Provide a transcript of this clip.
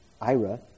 Ira